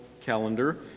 calendar